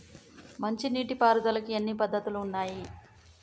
మంచి నీటి పారుదలకి ఎన్ని పద్దతులు ఉన్నాయి?